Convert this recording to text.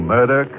Murder